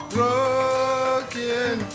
Broken